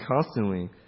constantly